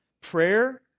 prayer